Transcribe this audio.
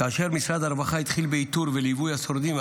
כאשר משרד הרווחה התחיל באיתור וליווי השורדים,